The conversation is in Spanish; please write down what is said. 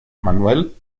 manuel